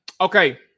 Okay